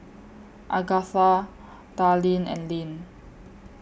Agatha Darleen and Lane